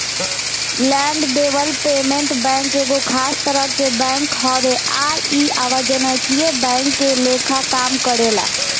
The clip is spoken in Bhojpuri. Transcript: लैंड डेवलपमेंट बैंक एगो खास तरह के बैंक हवे आ इ अवाणिज्यिक बैंक के लेखा काम करेला